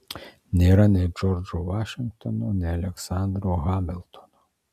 nėra nei džordžo vašingtono nei aleksandro hamiltono